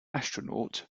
astronaut